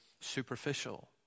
superficial